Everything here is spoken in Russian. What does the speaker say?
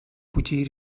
путей